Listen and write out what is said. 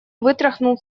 вытряхнул